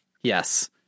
Yes